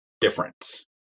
difference